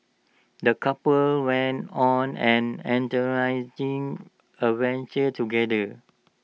the couple went on an adventure together